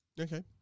Okay